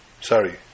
Sorry